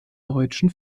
deutschen